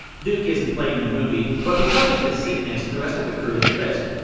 duke isn't played in the movie, but because of this sickness, the rest of the crew is at risk.